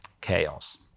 Chaos